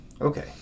Okay